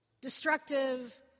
Destructive